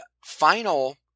final